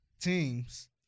teams